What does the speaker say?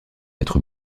être